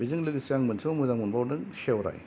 बेजों लोगोसे आं मोनसेबाव मोजां मोनबावदों सेवराइ